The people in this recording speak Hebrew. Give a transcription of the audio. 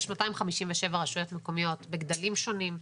יש 257 רשויות מקומיות בגדלים שונים,